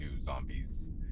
zombies